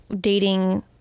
dating